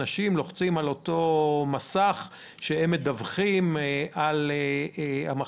אנשים לוחצים על מסך שבו הם מדווחים על המחלה.